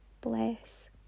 Bless